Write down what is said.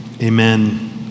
amen